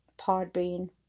Podbean